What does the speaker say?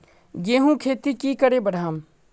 गेंहू खेती की करे बढ़ाम?